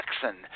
Jackson